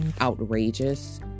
outrageous